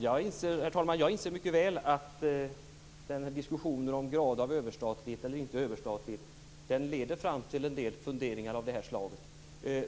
Herr talman! Jag inser mycket väl att diskussionen om grad av överstatlighet eller inte överstatlighet leder fram till en del funderingar av det här slaget.